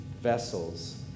vessels